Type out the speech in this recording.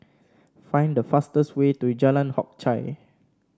find the fastest way to Jalan Hock Chye